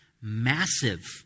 massive